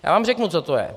Já vám řeknu, co to je.